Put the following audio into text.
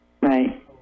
Right